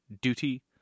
Duty